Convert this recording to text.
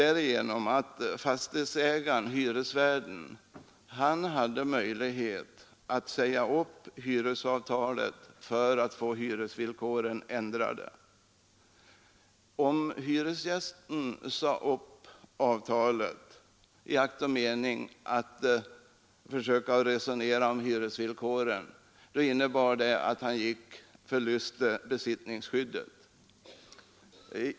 Sålunda hade fastighetsägaren-hyresvärden möjlighet att säga upp hyresavtalet för att få hyresvillkoren ändrade, men om hyresgästen sade upp avtalet i akt och mening att försöka resonera om hyresvillkoren innebar det att han gick förlustig besittningsskyddet.